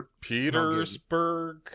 Petersburg